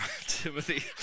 Timothy